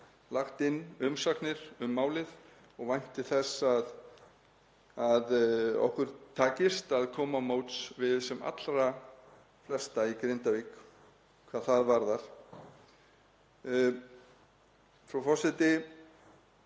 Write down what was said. lagt inn umsagnir um málið og vænti þess að okkur takist að koma til móts við sem allra flesta í Grindavík hvað það varðar. Frú forseti.